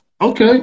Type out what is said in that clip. Okay